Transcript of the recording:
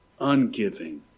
ungiving